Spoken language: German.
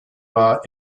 war